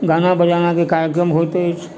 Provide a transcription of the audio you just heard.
गाना बजानाके कार्यक्रम होइत अछि